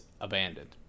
abandoned